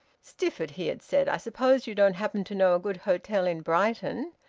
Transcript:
stifford, he had said, i suppose you don't happen to know a good hotel in brighton?